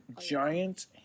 giant